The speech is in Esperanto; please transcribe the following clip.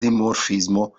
dimorfismo